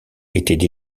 étaient